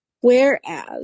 Whereas